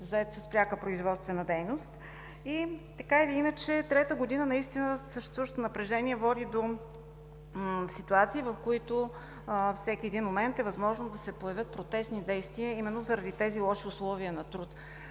зает с пряка производствена дейност?! Така или иначе, трета година съществуващото напрежение води до ситуации, в които всеки един момент е възможно да се появят протестни действия именно заради тези лоши условия на труд.